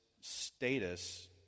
status